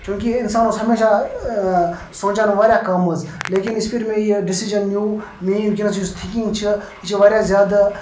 چوٗنٛکہ اِنسان اوس ہمیشہ سونٛچان واریاہ کم حظ لیکن یِژھِ پھِرِ مےٚ یہِ ڈٮ۪سِجَن نیوٗ مےٚ یہِ وٕنکٮ۪س یۄس تھِنٛکِںٛگ چھِ یہِ چھَ واریاہ زیادٕ